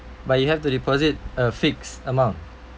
but you have to deposit a fixed amount